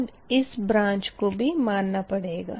तब इस ब्रांच को भी मानना पड़ेगा